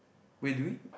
wait do we